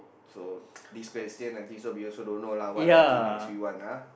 so this question I think so we also don't know what lah okay next we want ah